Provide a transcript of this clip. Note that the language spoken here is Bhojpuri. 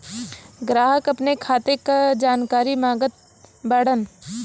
ग्राहक अपने खाते का जानकारी मागत बाणन?